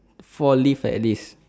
four leave at least